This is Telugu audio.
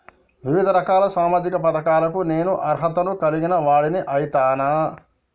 వివిధ రకాల సామాజిక పథకాలకు నేను అర్హత ను కలిగిన వాడిని అయితనా?